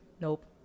nope